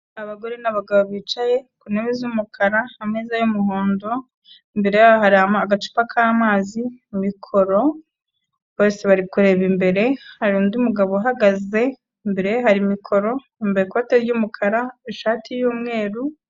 Abagore n'abagabo bicaye ku ntebe z'umukara ameza y'umuhondo, imbere yaho hari agacupa k'amazi, mikoro bose bari kureba imbere, hari undi mugabo uhagaze imbere ye hari mikoro yambaye ikote ry'umukara ishati y'umweru.